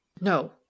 No